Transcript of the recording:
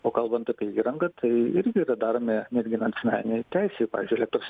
o kalbant apie įrangą tai irgi yra daromi netgi nacionalinėj teisėj pavyzdžiui yra toks